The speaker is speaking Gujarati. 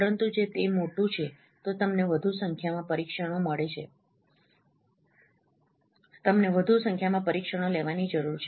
પરંતુ જો તે મોટું છે તો તમને વધુ સંખ્યામાં પરીક્ષણો મળે છે તમને વધુ સંખ્યામાં પરીક્ષણો લેવાની જરૂર છે